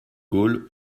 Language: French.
gaulle